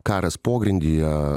karas pogrindyje